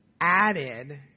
added